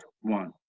one